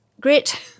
grit